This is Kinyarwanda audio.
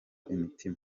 imitima